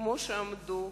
כמו שהם עמדו